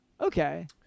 okay